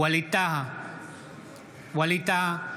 ווליד טאהא,